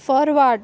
forward